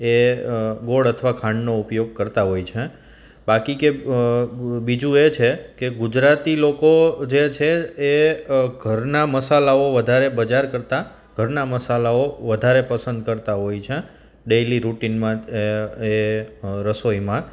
એ ગોળ અથવા ખાંડનો ઉપયોગ કરતાં હોય છે બાકી કે બીજું જોઈએ છે કે ગુજરાતી લોકો જે છે એ ઘરના મસાલાઓ વધારે બજાર કરતાં ઘરના મસાલાઓ વધારે પસંદ કરતાં હોય છે ડેલી રૂટિનમાં એ રસોઈમાં